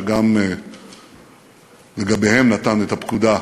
שגם לגביהם נתן את הפקודה להסתער,